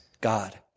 God